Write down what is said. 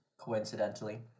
coincidentally